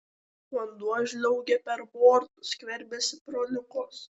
vanduo žliaugia per bortus skverbiasi pro liukus